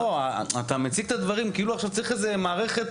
אתה מציג את הדברים כאילו עכשיו צריך איזה מערכת,